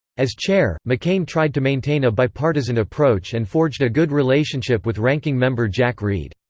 as chair, mccain tried to maintain a bipartisan approach and forged a good relationship with ranking member jack reed.